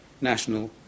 national